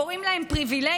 קוראים להם פריבילגים?